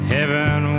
Heaven